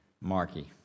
Markey